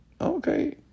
Okay